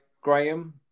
Graham